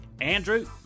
andrew